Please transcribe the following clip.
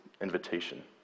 invitation